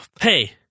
hey